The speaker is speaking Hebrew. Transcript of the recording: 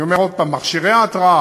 אני אומר עוד פעם, מכשירי ההתרעה,